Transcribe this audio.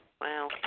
Wow